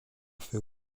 fait